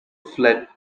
fled